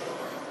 התשע"ז 2016,